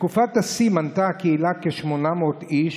בתקופת השיא מנתה הקהילה כ-800 איש,